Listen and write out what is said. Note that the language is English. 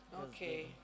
Okay